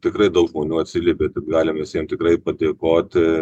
tikrai daug žmonių atsiliepė taip galim mes jiem tikrai padėkoti